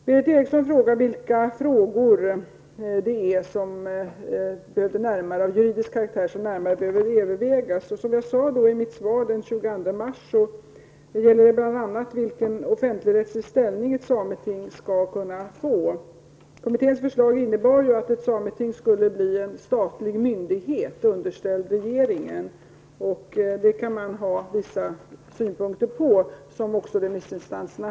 Berith Eriksson undrar vilka frågor av juridisk karaktär det är som närmare behöver övervägas. Som jag sade i mitt svar den 22 mars i år gäller det bl.a. vilken offentligrättslig ställning ett sameting skall kunna få. Kommitténs förslag innebar ju att ett sameting skulle vara en statlig myndighet underställd regeringen. Det kan man ha vissa synpunkter på, och det hade också remissinstanserna.